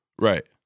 Right